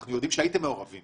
אנחנו יודעים שהייתם מעורבים